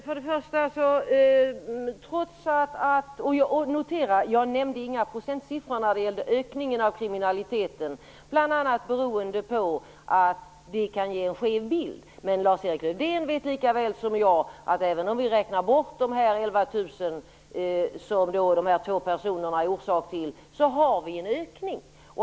Fru talman! Notera att jag inte nämnde några procentsiffror när det gällde ökningen av kriminaliteten, bl.a. beroende på att det kan ge en skev bild. Men Lars-Erik Lövdén vet lika väl som jag att även om vi räknar bort de 11 000 anmälningar som dessa två personer är orsak till har vi en ökning.